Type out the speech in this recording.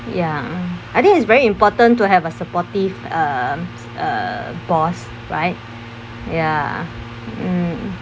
ya I think it's very important to have a supportive a um uh boss right ya mm